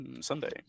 Sunday